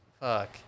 Fuck